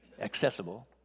accessible